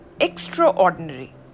extraordinary